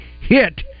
hit